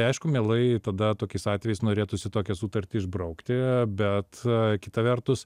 aišku mielai tada tokiais atvejais norėtųsi tokią sutartį išbraukti bet kita vertus